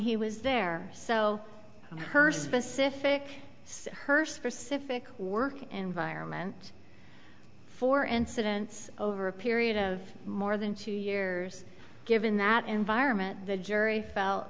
he was there so her specific hurst for civic work environment four incidents over a period of more than two years given that environment the jury felt